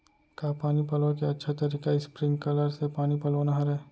का पानी पलोय के अच्छा तरीका स्प्रिंगकलर से पानी पलोना हरय?